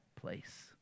place